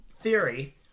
theory